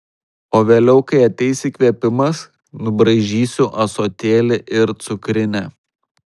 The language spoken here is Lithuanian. o vėliau kai ateis įkvėpimas nubraižysiu ąsotėlį ir cukrinę